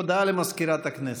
הודעה למזכירת הכנסת.